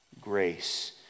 grace